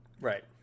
Right